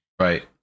right